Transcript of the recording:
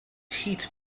heat